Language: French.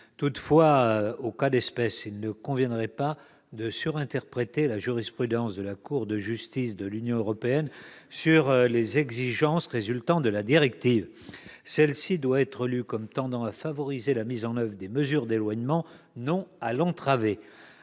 Toutefois, en l'espèce, il convient de ne pas surinterpréter la jurisprudence de la Cour de justice de l'Union européenne sur les exigences résultant de la directive. Celle-ci doit être comprise comme tendant à favoriser la mise en oeuvre des mesures d'éloignement, non à l'entraver.